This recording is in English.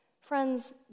Friends